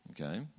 Okay